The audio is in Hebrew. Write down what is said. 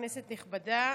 כנסת נכבדה,